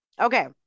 Okay